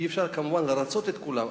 אי-אפשר כמובן לרצות את כולם,